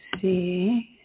see